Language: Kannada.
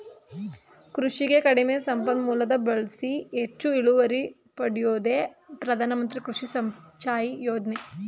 ಕೃಷಿಗೆ ಕಡಿಮೆ ಸಂಪನ್ಮೂಲನ ಬಳ್ಸಿ ಹೆಚ್ಚು ಇಳುವರಿ ಪಡ್ಯೋದೇ ಪ್ರಧಾನಮಂತ್ರಿ ಕೃಷಿ ಸಿಂಚಾಯಿ ಯೋಜ್ನೆ